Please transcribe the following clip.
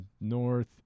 north